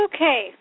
Okay